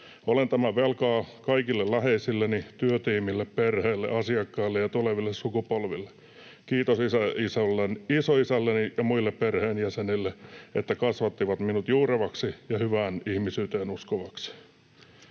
Olen tämän velkaa kaikille läheisilleni, työtiimille, perheelle, asiakkaille ja tuleville sukupolville. Kiitos isoisälleni ja muille perheenjäsenille, että kasvattivat minut juurevaksi ja hyvään ihmisyyteen uskovaksi.”